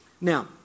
Now